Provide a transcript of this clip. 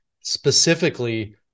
specifically